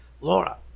Laura